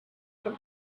from